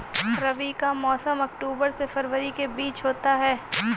रबी का मौसम अक्टूबर से फरवरी के बीच होता है